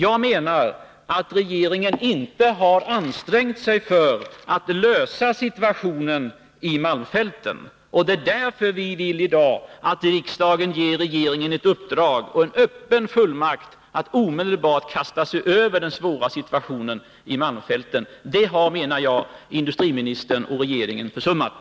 Jag menar att regeringen inte har ansträngt sig för att lösa problemen i malmfälten. Det är därför vi i dag vill att riksdagen ger regeringen ett uppdrag och en öppen fullmakt att omedelbart kasta sig över den svåra situationen i malmfälten. Detta har, menar jag, industriministern och regeringen försummat.